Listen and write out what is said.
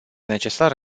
necesar